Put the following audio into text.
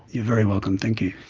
you're very welcome, thank you.